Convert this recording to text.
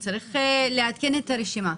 וצריך לעדכן את הרשימה.